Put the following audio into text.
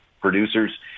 producers